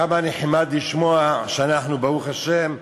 כמה נחמד לשמוע שאנחנו, ברוך השם,